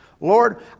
Lord